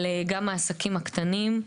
גם אלה הקטנים,